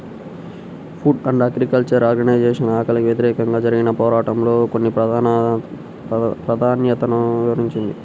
food and Agriculture Organization ఆకలికి వ్యతిరేకంగా జరిగిన పోరాటంలో కొన్ని ప్రాధాన్యతలను వివరించింది